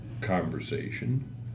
conversation